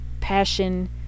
passion